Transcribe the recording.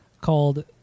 called